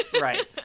Right